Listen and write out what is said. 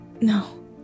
No